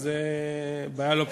אז זו בעיה לא פשוטה.